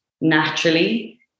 naturally